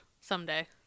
someday